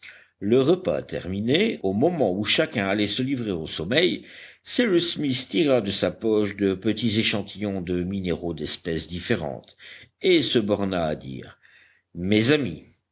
le repas terminé au moment où chacun allait se livrer au sommeil cyrus smith tira de sa poche de petits échantillons de minéraux d'espèces différentes et se borna à dire mes amis